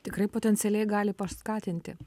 tikrai potencialiai gali paskatinti